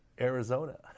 Arizona